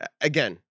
again